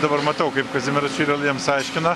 dabar matau kaip kazimieras vėl jiems aiškina